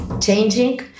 changing